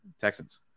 Texans